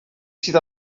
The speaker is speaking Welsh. sydd